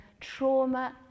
trauma